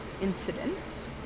incident